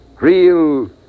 real